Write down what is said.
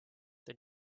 the